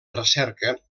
recerca